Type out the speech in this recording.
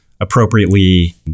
appropriately